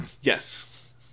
Yes